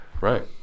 Right